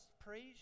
praise